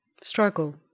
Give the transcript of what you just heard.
struggle